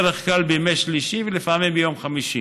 בדרך כלל בימי שלישי ולפעמים ביום חמישי,